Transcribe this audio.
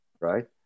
right